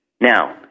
Now